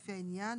לפי העניין,",